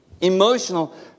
emotional